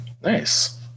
Nice